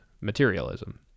materialism